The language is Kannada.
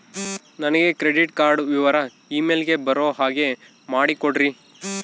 ನನಗೆ ಕ್ರೆಡಿಟ್ ಕಾರ್ಡ್ ವಿವರ ಇಮೇಲ್ ಗೆ ಬರೋ ಹಾಗೆ ಮಾಡಿಕೊಡ್ರಿ?